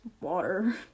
water